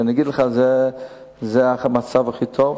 להגיד לך שזה המצב הכי טוב?